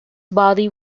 body